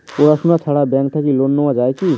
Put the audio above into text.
পড়াশুনা ছাড়া ব্যাংক থাকি লোন নেওয়া যায় কি?